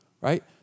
Right